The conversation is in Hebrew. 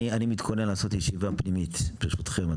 אני מתכונן לעשות ישיבה פנימית ברשותכם,